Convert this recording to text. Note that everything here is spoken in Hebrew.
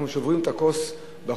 אנחנו שוברים את הכוס בחופה,